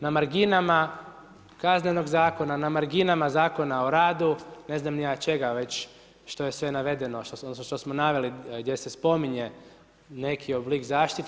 Na marginama Kaznenog zakona, na marginama Zakona o radu, ne znam ni ja čega već, što je sve navedeno, odnosno što smo naveli gdje se spominje neki oblik zaštite.